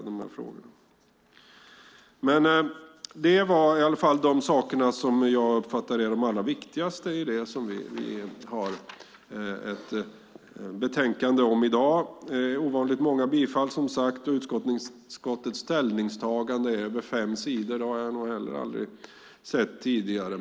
Det här var de saker som jag uppfattar som de viktigaste i betänkandet. Det är ovanligt många bifall. Utskottets ställningstagande är mer än fem sidor långt, vilket jag aldrig sett tidigare.